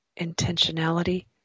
intentionality